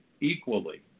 equally